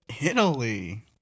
Italy